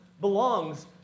belongs